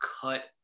cut